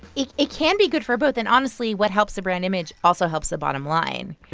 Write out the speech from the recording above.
it it can be good for both. and, honestly, what helps a brand image also helps the bottom line.